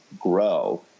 grow